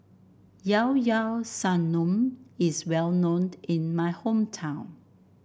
Llao Llao Sanum is well known in my hometown